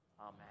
Amen